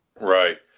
Right